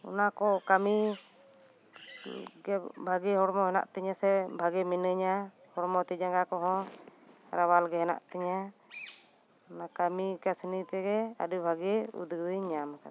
ᱚᱱᱟ ᱠᱚ ᱠᱟᱹᱢᱤ ᱜᱮ ᱵᱷᱟᱜᱮ ᱦᱚᱲᱢᱚ ᱦᱮᱱᱟᱜ ᱛᱤᱧᱟᱹ ᱥᱮ ᱵᱷᱟᱜᱮ ᱢᱤᱱᱟᱹᱧᱟ ᱦᱚᱲᱢᱚ ᱛᱤ ᱡᱟᱸᱜᱟ ᱠᱚᱦᱚᱸ ᱨᱟᱣᱟᱞ ᱜᱮ ᱦᱮᱱᱟᱜ ᱛᱤᱧᱟᱹ ᱚᱱᱟ ᱠᱟᱹᱢᱤ ᱠᱟᱹᱥᱱᱤ ᱛᱮᱜᱮ ᱟᱹᱰᱤ ᱵᱷᱟᱹᱜᱤ ᱩᱫᱽᱜᱟᱹᱣ ᱤᱧ ᱧᱟᱢ ᱟᱠᱟᱫᱟ